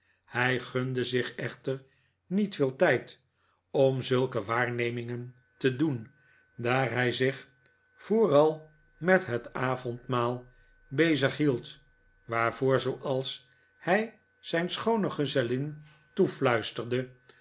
hij gunde zichechter niet veel tijd om zulke waarnemingen te doen daar hij zich vooral met het avondmaal bezighield waarvodr zooals hij zijn schoone gezellin toefluistetde